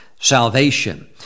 salvation